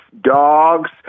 dogs